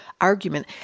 argument